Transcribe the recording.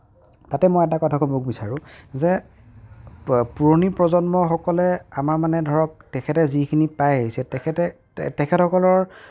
তাতে মই এটা কথা ক'ব বিচাৰোঁ যে পুৰণি প্ৰজন্মৰ সকলে আমাৰ মানে ধৰক তেখেতে যিখিনি পায় আহিছে তেখেতে তেখেতসকলৰ